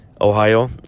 Ohio